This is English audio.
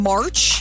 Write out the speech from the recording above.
March